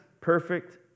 perfect